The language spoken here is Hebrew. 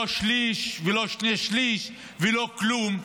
לא שליש ולא שני-שלישים ולא כלום.